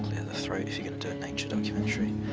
clear the throat if you're gonna do a nature documentary.